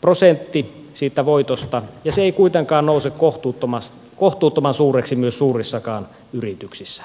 prosentti siitä voitosta ja se ei kuitenkaan nouse kohtuuttoman suureksi myös suurissakaan yrityksissä